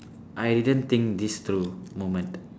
I didn't think this through moment